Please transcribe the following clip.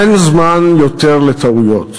אין זמן יותר לטעויות,